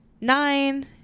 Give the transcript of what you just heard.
nine